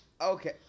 Okay